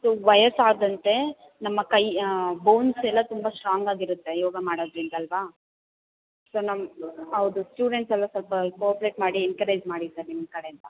so ವಯಸ್ಸಾದಂತೆ ನಮ್ಮ ಕೈ ಬೋನ್ಸ್ ಎಲ್ಲ ತುಂಬ ಸ್ಟ್ರಾಂಗ್ ಆಗಿರುತ್ತೆ ಯೋಗ ಮಾಡೋದರಿಂದ ಅಲ್ವಾ ಸೊ ನಮ್ಮ ಹೌದು ಸ್ಟೂಡೆಂಟ್ಸ್ ಎಲ್ಲ ಸ್ವಲ್ಪ ಕೊಪ್ರೇಟ್ ಮಾಡಿ ಎನ್ಕರೇಜ್ ಮಾಡಿ ಸರ್ ನಿಮ್ಮ ಕಡೆಯಿಂದ